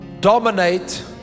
Dominate